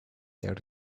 they